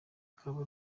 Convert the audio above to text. akaba